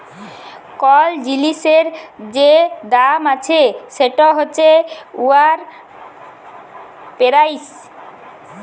call জিলিসের যে দাম আছে সেট হছে উয়ার পেরাইস